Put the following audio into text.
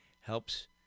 helps